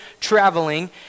traveling